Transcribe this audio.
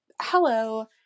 Hello